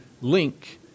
link